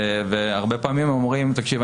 והרבה פעמים הם אומרים: תקשיב,